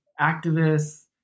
activists